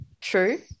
True